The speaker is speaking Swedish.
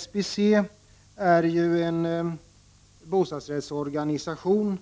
SBC är ju en bostadsrättsorganisation